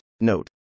Note